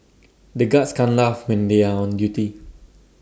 the guards can't laugh when they are on duty